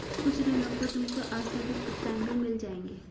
कुछ ऋणों पर तुमको आस्थगित भुगतान भी मिल जाएंगे